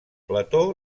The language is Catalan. plató